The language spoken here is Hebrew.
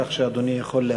כך שאדוני יכול להתחיל.